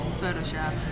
photoshopped